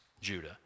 Judah